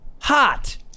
Hot